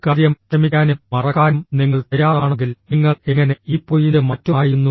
ഈ കാര്യം ക്ഷമിക്കാനും മറക്കാനും നിങ്ങൾ തയ്യാറാണെങ്കിൽ നിങ്ങൾ എങ്ങനെ ഈ പോയിന്റ് മാറ്റുമായിരുന്നു